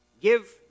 Give